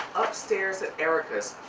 upstairs at erica's.